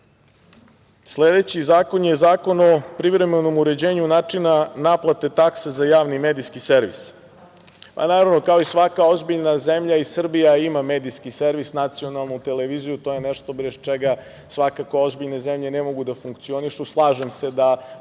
rizik. Sledeći zakon je Zakon o privremenom uređenju načina naplate takse za javni medijski servis. Naravno, kao i svaka ozbiljna zemlja i Srbija ima medijski servis, nacionalnu televiziju. To je nešto bez čega svakako ozbiljne zemlje ne mogu da funkcionišu. Slažem se da